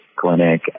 clinic